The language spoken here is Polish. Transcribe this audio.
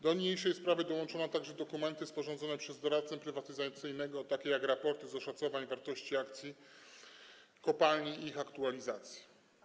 Do niniejszej sprawy dołączono także dokumenty sporządzone przez doradcę prywatyzacyjnego, takie jak raporty z oszacowań wartości akcji kopalni i ich aktualizacje.